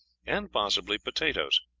and possibly potatoes